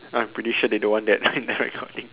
I'm pretty sure they don't want that in the recording